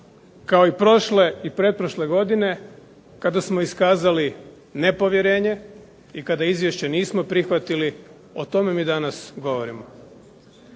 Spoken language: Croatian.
kao i prošle i pretprošle godine kada smo iskazali nepovjerenje i kada izvješće nismo prihvatili, o tome mi danas govorimo.